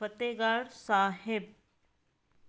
Fatehgarh Sahib